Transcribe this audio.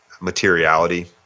materiality